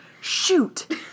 shoot